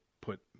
put